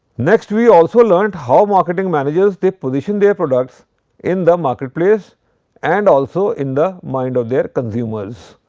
next, we also learnt how marketing managers they position their products in the marketplace and also in the mind of their consumers.